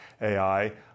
AI